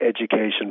education